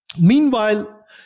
Meanwhile